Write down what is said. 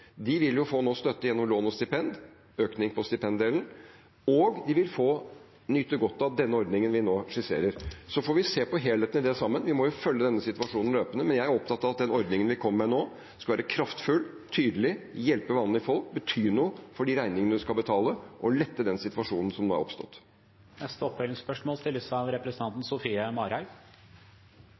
De vil nå få støtte gjennom lån og stipend, økning på stipenddelen, og de vil få nyte godt av den ordningen vi nå skisserer. Så får vi se på helheten i det sammen. Vi må følge denne situasjonen løpende, men jeg er opptatt av at den ordningen vi kommer med nå, skal være kraftfull, tydelig, hjelpe vanlige folk, bety noe for de regningene de skal betale, og lette den situasjonen som nå har oppstått. Sofie Marhaug – til oppfølgingsspørsmål.